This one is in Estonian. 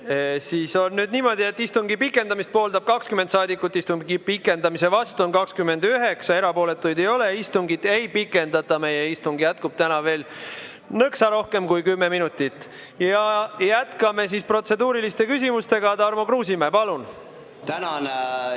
Nüüd on niimoodi, et istungi pikendamist pooldab 20 saadikut, istungi pikendamise vastu on 29, erapooletuid ei ole. Istungit ei pikendata. Meie istung jätkub täna veel nõksa rohkem kui kümme minutit. Jätkame siis protseduurilisi küsimusi. Tarmo Kruusimäe, palun!